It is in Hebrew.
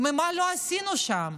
ומה לא עשינו שם.